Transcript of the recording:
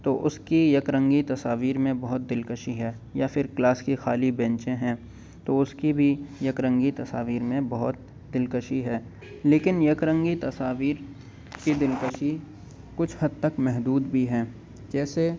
تو اس کی یک رنگی تصاویر میں بہت دلکشی ہے یا پھر کلاس کی خالی بینچیں ہیں تو اس کی بھی یک رنگی تصاویر میں بہت دلکشی ہے لیکن یک رنگی تصاویر کی دلکشی کچھ حد تک محدود بھی ہیں جیسے